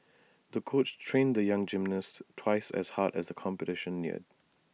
the coach trained the young gymnast twice as hard as the competition neared